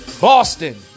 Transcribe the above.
Boston